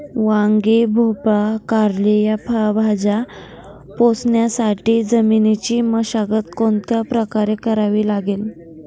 वांगी, भोपळा, कारली या फळभाज्या पोसण्यासाठी जमिनीची मशागत कोणत्या प्रकारे करावी लागेल?